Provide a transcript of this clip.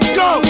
go